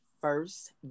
first